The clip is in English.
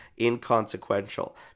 inconsequential